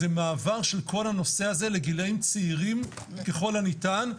זה מעבר של כל הנושא הזה לגילאים צעירים ככל הניתן.